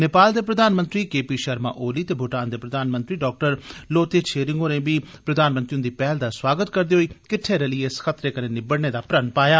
नेपाल दे प्रधानमंत्री K P Sharma Oli ते भूटान दे प्रधानमंत्री डाक्टर लोते छेरिंग होरें बी प्रधानमंत्री हुन्दी पैहल दा सुआगत करदे होई किट्डे रलियै इस खतरे कन्नै निबड़ने दा प्रण पाया